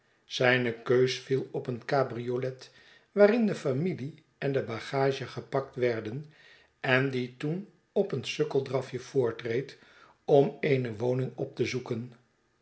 zijne keus viel op eene cabriolet waarin de familie en de bagage gepakt werden en die toen op een sukkeldrafje voortreed om eene woning op te zoeken